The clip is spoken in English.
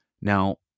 Now